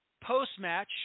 post-match